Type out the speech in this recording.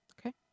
Okay